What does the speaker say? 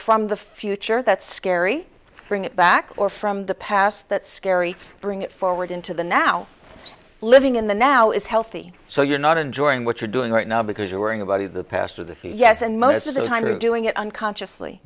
from the future that's scary bring it back or from the past that's scary bring it forward into the now living in the now is healthy so you're not enjoying what you're doing right now because you're worrying about the the past or the yes and most of the time doing it unconsciously